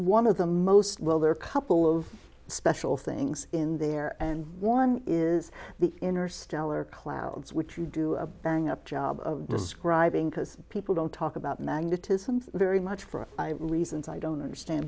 one of the most well there are a couple of special things in there and one is the interstellar clouds which you do bring up job of describing because people don't talk about magnetism very much for reasons i don't understand